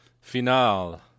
Final